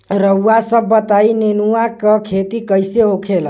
रउआ सभ बताई नेनुआ क खेती कईसे होखेला?